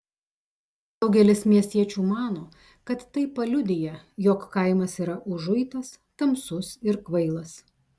daugelis miestiečių mano kad tai paliudija jog kaimas yra užuitas tamsus ir kvailas